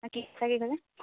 কি ক'লে